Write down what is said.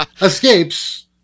escapes